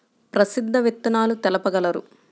ప్రసిద్ధ విత్తనాలు తెలుపగలరు?